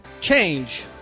change